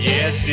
Yes